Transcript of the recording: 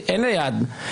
אין ליד.